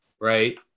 right